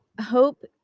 hope